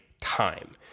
time